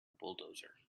bulldozer